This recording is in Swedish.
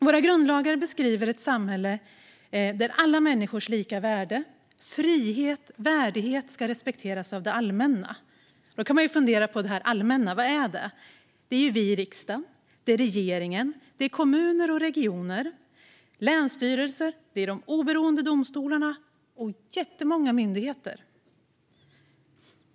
Våra grundlagar beskriver ett samhälle där alla människors lika värde, frihet och värdighet ska respekteras av det allmänna. Man kan fundera på detta allmänna - vad är det? Det är vi i riksdagen, och det är regeringen, kommuner och regioner, länsstyrelser, de oberoende domstolarna och jättemånga myndigheter.